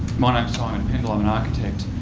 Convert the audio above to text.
my name's simon pendle. i'm an architect.